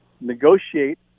negotiate